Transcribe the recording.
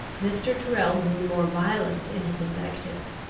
mr. tyrrel grew more violent in his invectives,